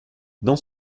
dans